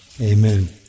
Amen